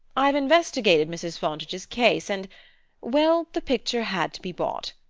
i've investigated mrs. fontage's case, and well, the picture had to be bought.